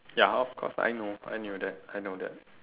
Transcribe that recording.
ya of course I know I knew that I know that